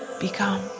become